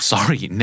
Sorry